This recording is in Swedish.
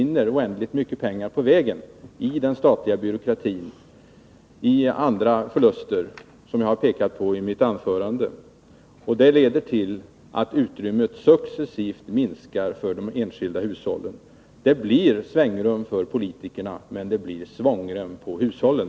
Oändligt mycket pengar försvinner på vägen i den statliga byråkratin och i form av andra förluster som jag har pekat på i mitt anförande. Det leder till att utrymmet successivt minskar för de enskilda hushållen. Det blir svängrum för politikerna, men det blir svångrem på hushållen.